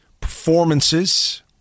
performances